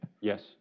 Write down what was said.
Yes